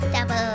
Double